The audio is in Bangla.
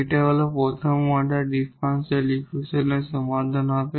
এটা হল প্রথম অর্ডার ডিফারেনশিয়াল ইকুয়েশনের সমাধান হবে